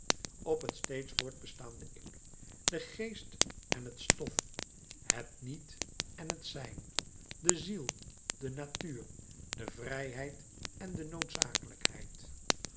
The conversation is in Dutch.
op het steeds voortbestaande ik de geest en het stof het niet en het zijn de ziel de natuur de vrijheid en de noodzakelijkheid